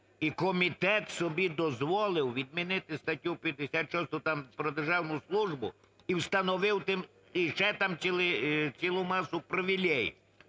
і комітет собі дозволив відмінити статтю 56, там про державну службу, і встановив ще там цілу масу привілеїв.